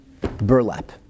burlap